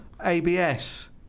ABS